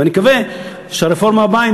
ואני מקווה שהרפורמה הבאה,